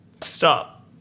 Stop